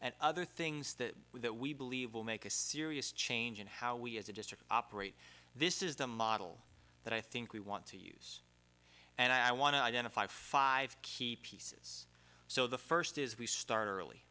and other things that we that we believe will make a serious change in how we as a district operate this is the model that i think we want to use and i want to identify five keep pieces so the first is we start early